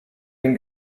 den